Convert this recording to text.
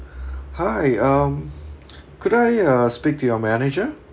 hi um could I uh speak to your manager